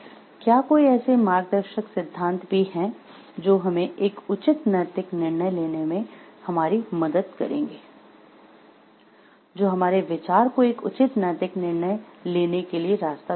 क्या कोई ऐसे मार्गदर्शक सिद्धांत भी हैं जो हमें एक उचित नैतिक निर्णय लेने में हमारी मदद करेंगे जो हमारे विचार को एक उचित नैतिक निर्णय लेने के लिए रास्ता दिखाएँ